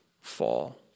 fall